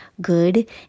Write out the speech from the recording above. good